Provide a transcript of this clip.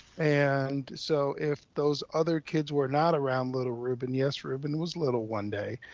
and so if those other kids were not around little ruben, yes, ruben was little one day,